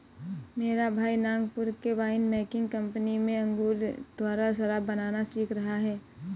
मेरा भाई नागपुर के वाइन मेकिंग कंपनी में अंगूर द्वारा शराब बनाना सीख रहा है